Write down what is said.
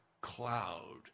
cloud